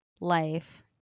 life